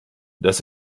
das